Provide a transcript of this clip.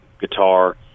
guitar